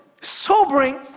sobering